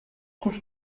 cóż